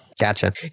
Gotcha